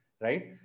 right